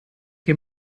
che